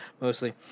mostly